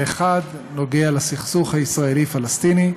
האחד קשור לסכסוך הישראלי פלסטיני,